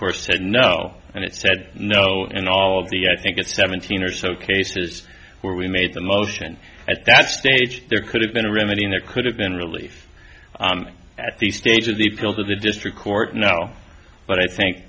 course said no and it said no and all of the i think that seventeen or so cases where we made the motion at that stage there could have been a remedy and there could have been relief at the stage of the pill to the district court now but i think